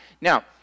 Now